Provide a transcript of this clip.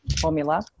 Formula